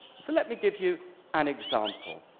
so let me give you an example.